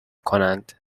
کنند